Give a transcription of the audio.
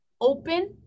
open